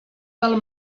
del